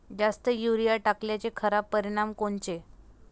जास्त युरीया टाकल्याचे खराब परिनाम कोनचे?